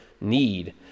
need